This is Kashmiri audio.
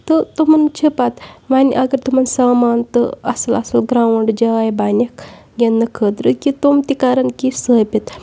تہٕ تِمَن چھِ پَتہٕ وۄنۍ اگر تِمَن سامان تہٕ اَصٕل اَصٕل گرٛاوُنٛڈ جاے بَنٮ۪کھ گِنٛدنہٕ خٲطرٕ کہِ تِم تہِ کَرَن کینٛہہ ثٲبِت